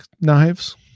knives